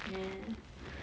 yes